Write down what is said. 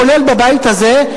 כולל בבית הזה,